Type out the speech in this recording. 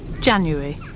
January